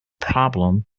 problem